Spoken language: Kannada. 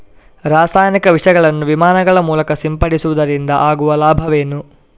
ರಾಸಾಯನಿಕ ವಿಷಗಳನ್ನು ವಿಮಾನಗಳ ಮೂಲಕ ಸಿಂಪಡಿಸುವುದರಿಂದ ಆಗುವ ಲಾಭವೇನು?